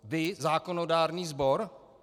Vy, zákonodárný sbor?